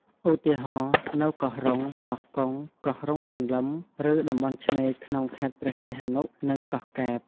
ឧទាហរណ៍ នៅកោះរ៉ុង កោះកុង កោះរុងសន្លឹម ឬតំបន់ឆ្នេរក្នុងខេត្តព្រះសីហនុ និងកោះកែប។